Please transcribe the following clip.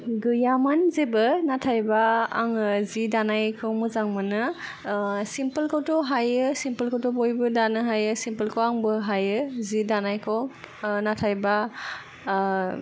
गैयामोन जेबो नाथायब्ला आङो जि दानायखौ मोजां मोनो सिम्पोलखौथ' हायो सिम्पोलखौथ' बयबो दानो हायो सिम्पोलखौ आंबो हायो जि दानायखौ नाथायब्ला